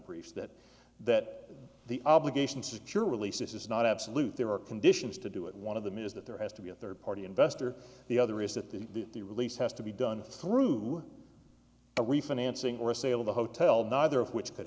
brief that that the obligation to secure release this is not absolute there are conditions to do it one of them is that there has to be a third party investor the other is that the the release has to be done through a refinancing or a sale of a hotel neither of which could